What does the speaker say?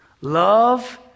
love